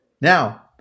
Now